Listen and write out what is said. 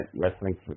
Wrestling